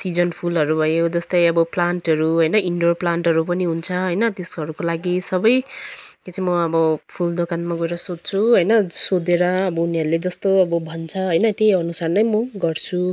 season फुलहरू भयो जस्तै अब प्लान्टहरू होइन इन्डोर प्लान्टहरू पनि हुन्छ होइन त्यस्तोहरूको लागि सबै त्यो चाहिँ म अब फुल दोकानमा गएर सोध्छु होइन सोधेर अब उनीहरूले जस्तो अब भन्छ होइन त्यही अनुसार नै म गर्छु